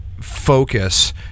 focus